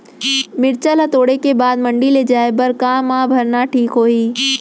मिरचा ला तोड़े के बाद मंडी ले जाए बर का मा भरना ठीक होही?